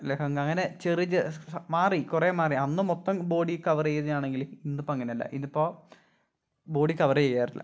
ലഹങ്ക അങ്ങനെ ചെറിയ മാറി കുറേ മാറി അന്ന് മൊത്തം ബോഡി കവറ് ചെയ്യുന്ന ആണെങ്കിൽ ഇന്നിപ്പം അങ്ങനെയല്ല ഇന്നിപ്പോൾ ബോഡി കവറ് ചെയ്യാറില്ല